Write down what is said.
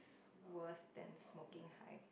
worst than smoking high